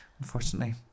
unfortunately